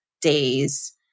days